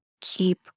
keep